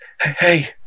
hey